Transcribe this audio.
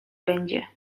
będzie